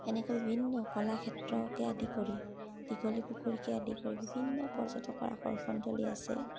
সেনেকৈ বিভিন্ন কলাক্ষেত্ৰকে আদি কৰি দীঘলী পুখুৰীকে আদি কৰি বিভিন্ন পৰ্যটকৰ আকৰ্ষণথলী আছে